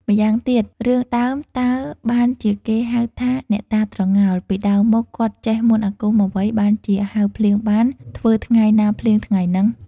ម៉្យាងទៀត រឿងដើមតើបានជាគេហៅថា "អ្នកតាត្រងោល” ពីដើមមកគាត់ចេះ មន្តអាគមអ្វី បានជាហៅភ្លៀងបាន ធ្វើថ្ងៃ ណាភ្លៀងថ្ងៃហ្នឹង?។